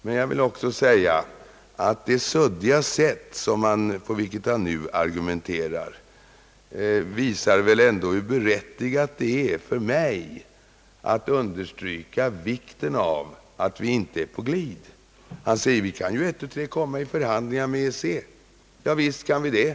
Men jag vill också säga, att det suddiga sätt på vilket han nu argumenterar väl ändå visar hur berättigat det är då jag understryker vikten av att vi inte kommer på glid. Han säger att vi ett tu tre kan komma i förhandlingar med EEC. Ja, visst kan vi det.